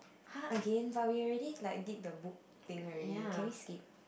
!huh! again but we already like did the book thing already can we skip